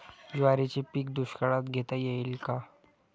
ज्वारीचे पीक दुष्काळात घेता येईल का?